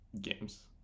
games